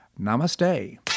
Namaste